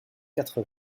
quatre